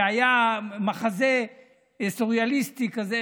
זה היה מחזה סוריאליסטי כזה,